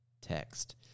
text